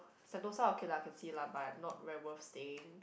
Sentosa okay lah can see lah but not very worth staying